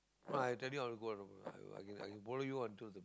fine I tell you I want to go I will go I will I can I can borrow you onto the